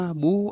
bu